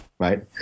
right